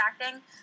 acting